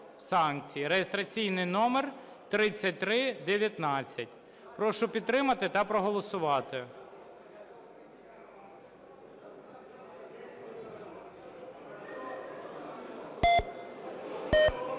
(реєстраційний номер 3314). Прошу підтримати та проголосувати.